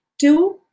Two